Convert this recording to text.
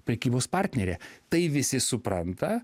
prekybos partnerė tai visi supranta